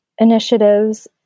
initiatives